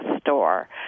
store